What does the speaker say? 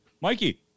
Mikey